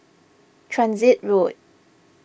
Transit Road